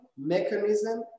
mechanism